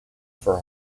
for